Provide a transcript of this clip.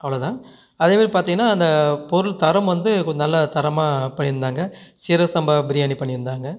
அவ்வளோதான் அதேமாதிரி பாத்தீங்கனா அந்த பொருள் தரம் வந்து கொஞ்சம் நல்லா தரமாக பண்ணி இருந்தாங்க சீரக சம்பா பிரியாணி பண்ணி இருந்தாங்க